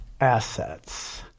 assets